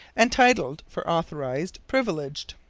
entitled for authorized, privileged.